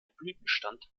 blütenstand